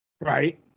Right